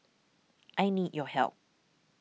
I need your help